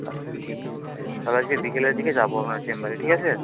আচ্ছা ঠিক আছে তাহলে আজকে বিকেলের দিকে যাবো আপনার চেম্বারে ঠিক আছে